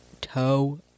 toe